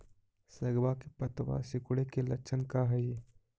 सगवा के पत्तवा सिकुड़े के लक्षण का हाई?